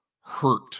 hurt